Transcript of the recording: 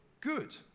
good